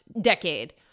decade